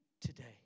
today